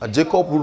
Jacob